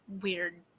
weird